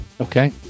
Okay